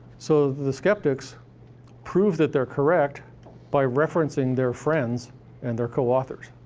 so the skeptics prove that they're correct by referencing their friends and their co-authors.